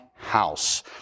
house